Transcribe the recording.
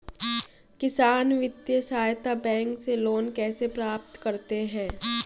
किसान वित्तीय सहायता बैंक से लोंन कैसे प्राप्त करते हैं?